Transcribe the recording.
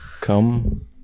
come